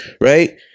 right